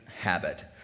habit